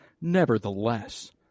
nevertheless